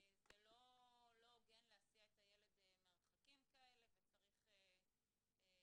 זה לא הוגן להסיע את הילד מרחקים כאלה וצריך לראות